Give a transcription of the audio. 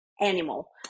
animal